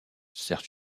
sert